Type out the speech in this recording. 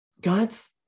God's